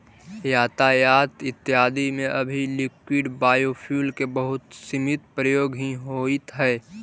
यातायात इत्यादि में अभी लिक्विड बायोफ्यूल के बहुत सीमित प्रयोग ही होइत हई